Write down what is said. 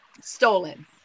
stolen